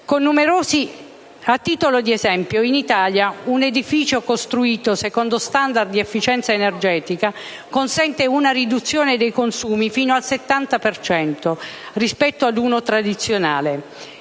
A titolo di esempio, in Italia un edificio costruito secondo *standard* di efficienza energetica consente una riduzione dei consumi fino al 70 per cento rispetto ad uno tradizionale.